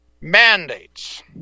mandates